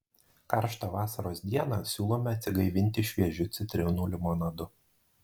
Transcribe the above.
karštą vasaros dieną siūlome atsigaivinti šviežiu citrinų limonadu